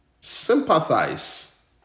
Sympathize